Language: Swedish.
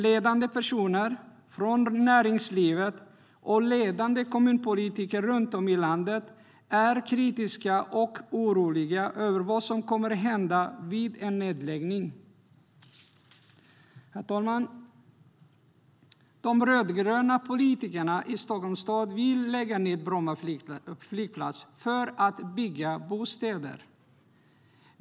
Ledande personer från näringslivet och ledande kommunpolitiker runt om i landet är kritiska och oroliga över vad som kommer att hända vid en nedläggning. Herr talman! De rödgröna politikerna i Stockholms stad vill lägga ned Bromma flygplats för att bygga bostäder.